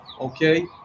okay